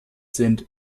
sind